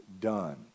done